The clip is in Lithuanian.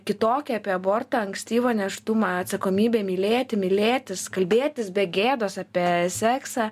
kitoki apie abortą ankstyvą nėštumą atsakomybę mylėti mylėtis kalbėtis be gėdos apie seksą